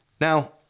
Now